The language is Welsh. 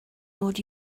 mod